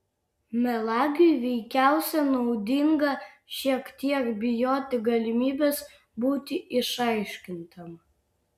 melagiui veikiausiai naudinga šiek tiek bijoti galimybės būti išaiškintam